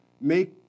make